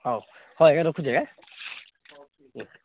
ହଉ ହଉ ଆଜ୍ଞା ରଖୁଛି ଆଜ୍ଞା